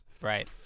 Right